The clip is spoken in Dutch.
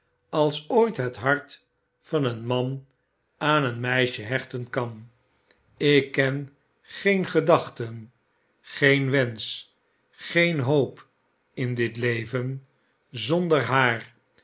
als ooit het hart van een man aan een meisje hechten kan ik ken geen gedachten geen wensch geene hoop in dit leven zonder haar